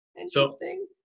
interesting